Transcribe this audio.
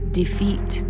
defeat